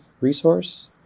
resource